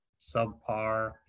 subpar